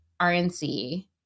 RNC